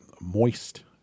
moist